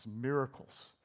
miracles